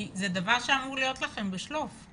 כי זה דבר שאמור להיות לכם בשלוף.